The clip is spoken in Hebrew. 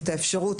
את האפשרות,